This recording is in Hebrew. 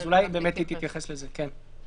כן, שתתייחס לזה.